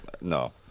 No